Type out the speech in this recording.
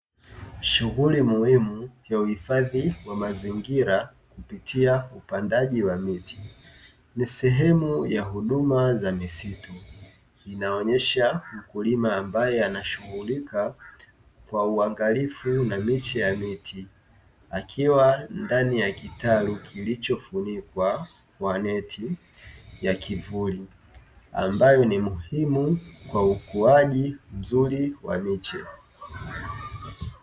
Shughuli muhimu ya uhifadhi wa mazingira kupitia upandaji wa miti. Ni sehemu ya huduma za misitu inaonesha mkulima ambaye anashughulika kwa uangalifu na miche ya miti, akiwa ndani ya kitalu kilichofunikwa kwa neti ya kivuli, ambayo ni muhimu kwa ukuaji mzuri wa miche.